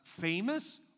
famous